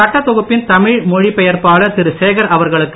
சட்டதொகுப்பின் தமிழ் மொழிபெயர்ப்பாளர் திரு சேகர் அவர்களுக்கு